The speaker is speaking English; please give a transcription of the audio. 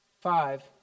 five